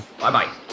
Bye-bye